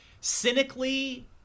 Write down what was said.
cynically